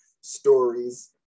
stories